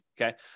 okay